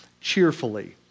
cheerfully